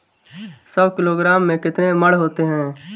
सौ किलोग्राम में कितने मण होते हैं?